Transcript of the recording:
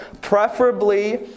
Preferably